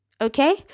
okay